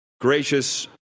gracious